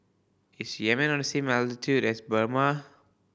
is Yemen on the same latitude as Burma